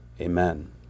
Amen